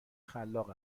خلاق